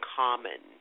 common